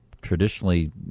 traditionally